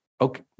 Okay